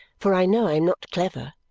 for i know i am not clever.